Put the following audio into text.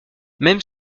même